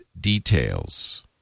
details